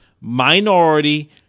minority